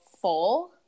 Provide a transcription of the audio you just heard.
full